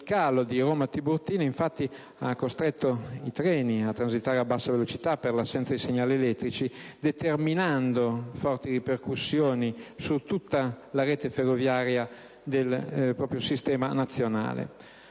scalo di Roma Tiburtina, infatti, ha costretto i treni a transitare a bassa velocità per l'assenza di segnali elettrici, determinando forti ripercussioni sulla rete ferroviaria dell'intero territorio nazionale.